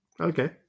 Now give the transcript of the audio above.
Okay